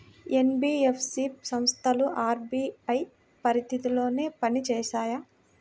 NBFC సంస్థలు RBI పరిధిలోనే పని చేస్తాయా?